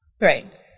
Right